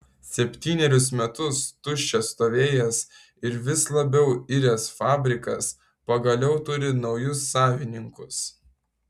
septynerius metus tuščias stovėjęs ir vis labiau iręs fabrikas pagaliau turi naujus savininkus